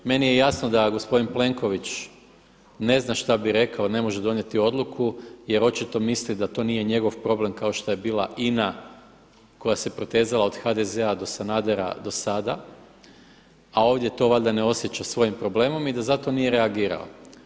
Meni je jasno da gospodin Plenković ne zna šta bi rekao, ne može donijeti odluku jer očito misli da to nije njegov problem kao što je bila INA koja se protezala od HDZ-a do Sanadera do sada, a ovdje to valjda ne osjeća svojim problemom i da zato nije reagirao.